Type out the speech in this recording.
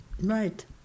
right